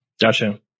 Gotcha